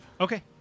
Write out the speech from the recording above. Okay